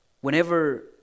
whenever